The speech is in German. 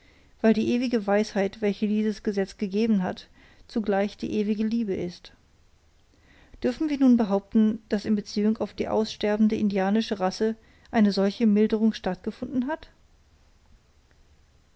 weil die ewige weisheit welche dieses gesetz gegeben hat zugleich die ewige liebe ist dürfen wir nun behaupten daß in beziehung auf die aussterbende indianische rasse eine solche milderung stattgefunden hat